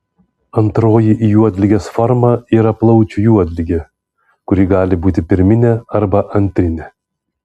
antroji juodligės forma yra plaučių juodligė kuri gali būti pirminė arba antrinė